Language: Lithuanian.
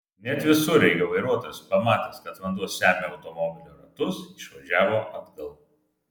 net visureigio vairuotojas pamatęs kad vanduo semia automobilio ratus išvažiavo atgal